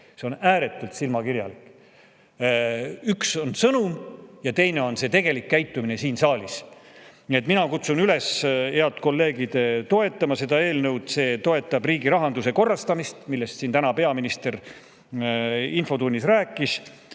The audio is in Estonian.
See on ääretult silmakirjalik. Üks on sõnum ja teine on tegelik käitumine siin saalis. Nii et mina kutsun üles, head kolleegid, toetama seda eelnõu. See toetab riigi rahanduse korrastamist, millest siin täna peaminister infotunnis rääkis,